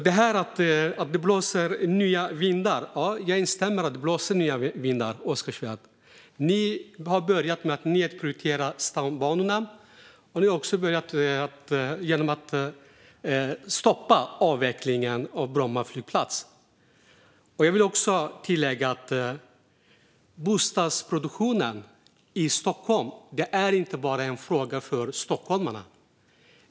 Det blåser nya vindar, säger Oskar Svärd. Ja, jag instämmer i det. Ni började med att nedprioritera stambanorna. Ni har också stoppat avvecklingen av Bromma flygplats. Jag vill tillägga att bostadsproduktionen i Stockholm inte bara är en fråga för stockholmarna.